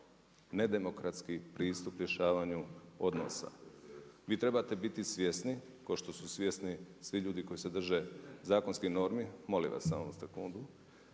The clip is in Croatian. nedemokratski pristup rješavanju odnosa. Vi trebate biti svjesni kao što su svjesni svi ljudi koji se drže zakonskih normi molim vas samo sekundu,